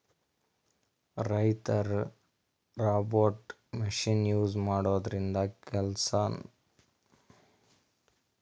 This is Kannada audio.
ರೈತರ್ ರೋಬೋಟ್ ಮಷಿನ್ ಯೂಸ್ ಮಾಡದ್ರಿನ್ದ ಕೆಲ್ಸನೂ ಭಾಳ್ ಜಲ್ದಿ ಆತದ್